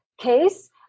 case